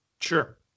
Sure